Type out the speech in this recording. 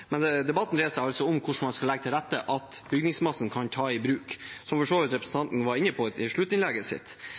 Men debatten dreier seg altså om hvordan man skal legge til rette for at bygningsmassen kan tas i bruk, som representanten for så vidt var inne på i sluttinnlegget sitt.